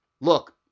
Look